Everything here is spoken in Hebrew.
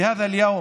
(אומר